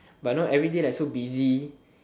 but now every day like so busy